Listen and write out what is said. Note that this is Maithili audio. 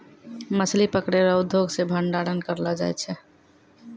मछली पकड़ै रो उद्योग से भंडारण करलो जाय छै